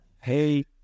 Hey